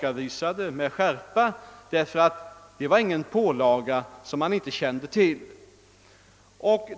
kavisade då med skärpa att denna skatt var en pålaga som man inte kände till.